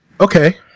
Okay